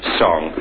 song